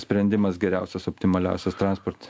sprendimas geriausias optimaliausias transporte